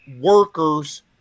Workers